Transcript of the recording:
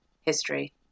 history